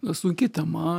sunki tema